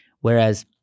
Whereas